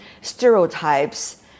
stereotypes